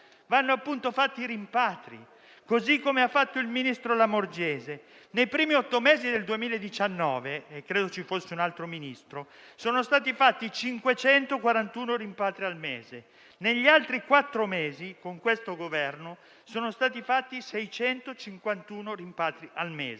Vanno eseguiti i rimpatri, come ha fatto il ministro Lamorgese. Nei primi otto mesi del 2019 (credo ci fosse un altro Ministro) sono stati fatti 541 rimpatri al mese; negli altri quattro mesi, con questo Governo, sono stati fatti 651 rimpatri al mese,